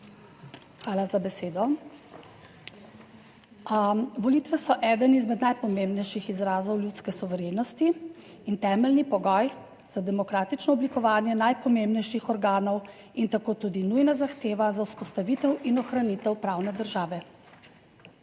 Hvala za besedo. Volitve so eden izmed najpomembnejših izrazov ljudske suverenosti in temeljni pogoj za demokratično oblikovanje najpomembnejših organov in tako tudi nujna zahteva za vzpostavitev in ohranitev pravne države. S